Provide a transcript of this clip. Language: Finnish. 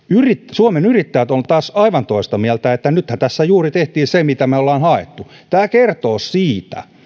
suomen yrittäjät on taas aivan toista mieltä että nythän tässä tehtiin juuri se mitä me olemme hakeneet tämä kertoo siitä